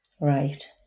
right